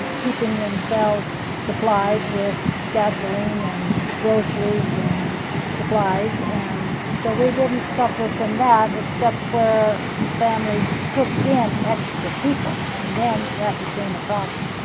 keeping themselves supplied with gasoline and groceries and supplies. and so we didn't suffer from that, except where families took in extra people. and then that became a problem.